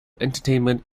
entertainment